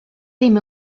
ddim